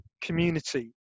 community